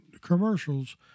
commercials